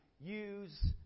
Use